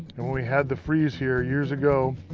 and when we had the freeze here years ago,